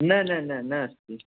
न न न नास्ति